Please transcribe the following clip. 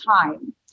time